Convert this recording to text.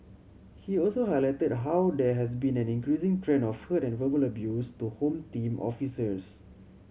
he also highlighted how there has been an increasing trend of hurt and verbal abuse to Home Team officers